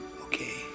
Okay